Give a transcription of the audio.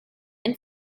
and